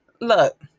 look